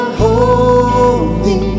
holy